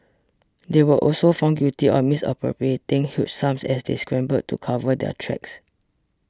they were also found guilty of misappropriating huge sums as they scrambled to cover their tracks